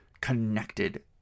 connected